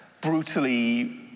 brutally